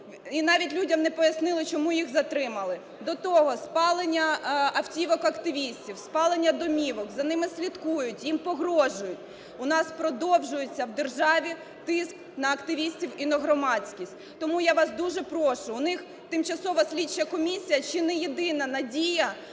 і навіть людям не пояснили, чому їх затримали. До того спаленняавтівок активістів, спалення домівок, за ними слідкують, їм погрожують. У нас продовжується в державі тиск на активістів і на громадськість. Тому я вас дуже прошу, у них Тимчасова слідча комісія – чи не єдина надія